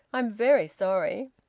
i'm very sorry.